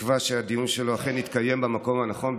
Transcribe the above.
בתקווה שהדיון שלו אכן יתקיים במקום הנכון,